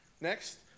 Next